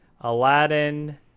Aladdin